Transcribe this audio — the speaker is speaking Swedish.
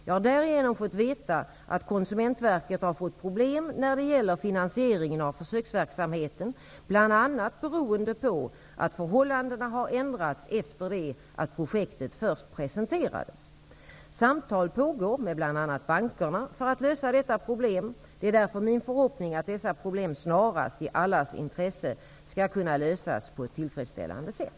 Jag har därigenom fått veta att Konsumentverket har fått problem när det gäller finansieringen av försöksverksamheten, bl.a. beroende på att förhållandena har ändrats efter det att projektet först presenterades. Samtal pågår med bl.a. bankerna för att lösa detta problem. Det är därför min förhoppning att dessa problem snarast, i allas intresse skall kunna lösas på ett tillfredsställande sätt.